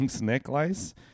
necklace